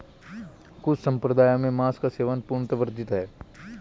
कुछ सम्प्रदायों में मांस का सेवन पूर्णतः वर्जित है